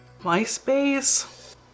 MySpace